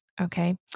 Okay